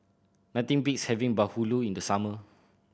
nothing beats having bahulu in the summer